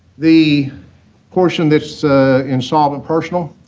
the portion that's in sort of and personal,